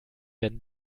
werden